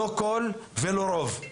לא כל ולא רוב.